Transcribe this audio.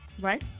right